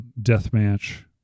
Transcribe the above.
Deathmatch